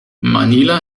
manila